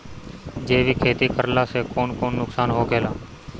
जैविक खेती करला से कौन कौन नुकसान होखेला?